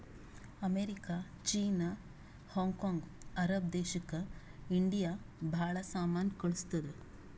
America, China, Hong Kong, Arab ದೇಶಕ್ India ಭಾಳ ಸಾಮಾನ್ ಕಳ್ಸುತ್ತುದ್